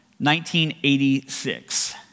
1986